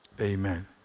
Amen